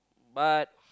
but